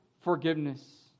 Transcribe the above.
forgiveness